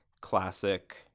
classic